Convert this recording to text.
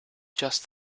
just